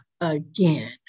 again